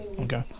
Okay